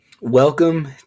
Welcome